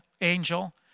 angel